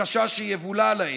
מחשש שיבולע להם.